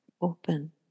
Open